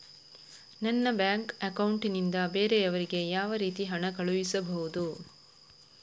ನನ್ನ bank account ನಿಂದ ಬೇರೆಯವರಿಗೆ ಯಾವ ರೀತಿ ಹಣ ಕಳಿಸಬಹುದು?